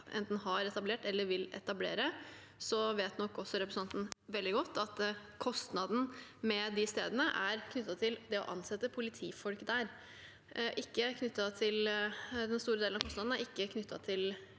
enten har etablert eller vil etablere, vet nok også representanten veldig godt at kostnaden for de stedene er knyttet til det å ansette politifolk der. Den store delen av kostnaden er ikke knyttet til